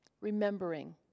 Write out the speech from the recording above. Remembering